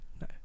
No